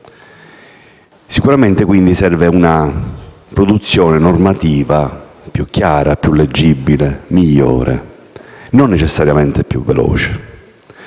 Sicuramente, quindi, serve una produzione normativa più chiara e più leggibile, migliore, non necessariamente più veloce.